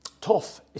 tough